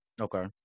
Okay